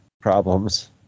problems